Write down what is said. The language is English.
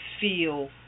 feel